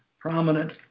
prominent